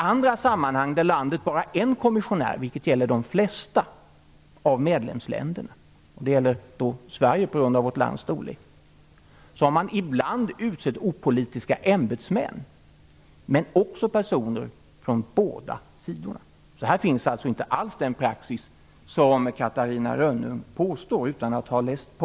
Vissa länder har bara en kommissionär. Det gäller de flesta medlemsländerna. Det gäller Sverige på grund av vårt lands storlek. I sådana fall har man ibland utsett opolitiska ämbetsmän, men också personer från båda sidorna. Här finns inte alls en sådan praxis som Catarina Rönnung påstår, utan att ha läst på.